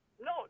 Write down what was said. no